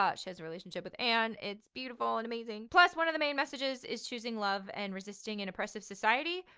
um she has a relationship with anne, it's beautiful and amazing. plus one of the main messages is choosing love and resisting and oppressive society,